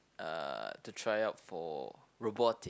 uh to try out for robotic